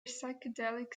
psychedelic